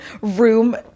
room